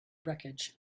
wreckage